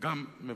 גם מברך.